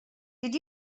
did